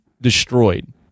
destroyed